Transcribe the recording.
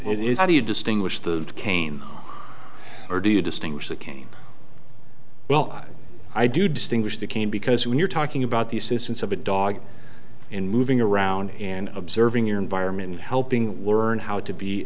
and it is how do you distinguish the cane or do you distinguish the cane well i do distinguish the cane because when you're talking about the assistance of a dog in moving around and observing your environment and helping were and how to be